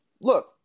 look